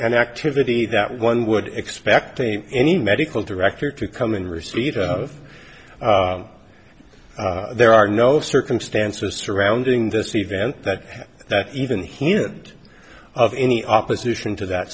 an activity that one would expect any medical director to come in receipt of there are no circumstances surrounding this event that even hint of any opposition to that